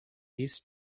east